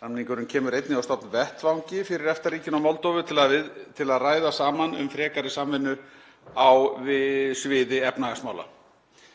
Samningurinn kemur einnig á stofn vettvangi fyrir EFTA-ríkin og Moldóvu til að ræða saman um frekari samvinnu á sviði efnahagsmála.